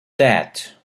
that